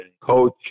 Coach